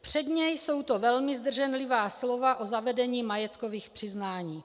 Předně jsou to velmi zdrženlivá slova o zavedení majetkových přiznání.